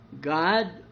God